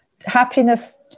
happiness